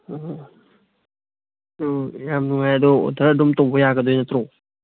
ꯎꯝ ꯎꯝ ꯌꯥꯝ ꯅꯨꯡꯉꯥꯏ ꯑꯗꯨ ꯑꯣꯔꯗꯔ ꯑꯗꯨꯝ ꯇꯧꯕ ꯌꯥꯒꯗꯣꯏ ꯅꯠꯇ꯭ꯔꯣ